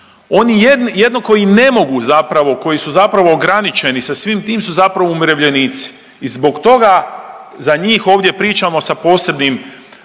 Oni jedno koji ne mogu zapravo, koji su zapravo ograničeni sa svim tim su zapravo umirovljenici i zbog toga za njih ovdje pričamo sa posebnim